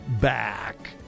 back